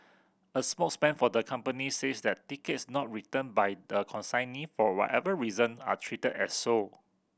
a spokesman for the company says that tickets not returned by the consignee for whatever reason are treated as sold